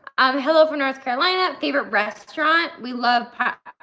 um hello from north carolina, favorite restaurant? we love,